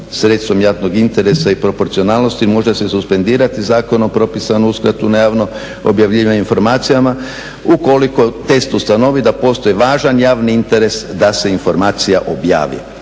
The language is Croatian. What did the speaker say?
Sredstvom javnog interesa i proporcionalnosti može se suspendirati zakonom propisanu uskratu na javno objavljivanje informacija ukoliko test ustanovi da postoji važan javni interes da se informacija objavi.